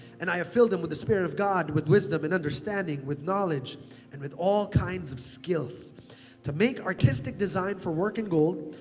and i have filled them with the spare of god, with wisdom, with understanding, with knowledge and with all kinds of skills to make artistic design for work in gold,